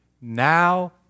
now